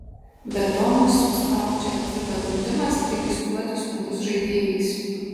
be to mus spaudžia fiba draudimas registruotis naujus žaidėjais